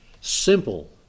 simple